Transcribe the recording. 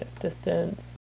distance